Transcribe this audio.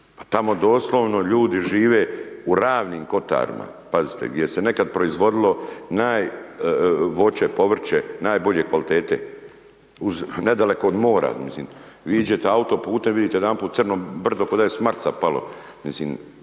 tamo doslovno ljudi žive u Ravnim kotarima, pazite gdje se nekad proizvodilo naj voće, povrće, najbolje kvalitete uz nedaleko od mora, mislim. Vi iđete autoputem vidite odjedanput crno brdo ko da je s Marsa palo, mislim